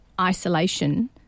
isolation